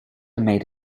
made